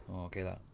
orh okay lah